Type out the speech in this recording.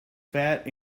fat